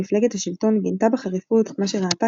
מפלגת השלטון גינתה בחריפות את מה שראתה